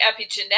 epigenetics